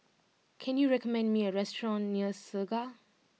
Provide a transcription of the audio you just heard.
can you recommend me a restaurant near Segar